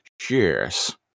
Cheers